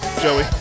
Joey